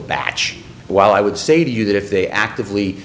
batch while i would say to you that if they actively